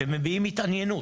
שמביעים התעניינות,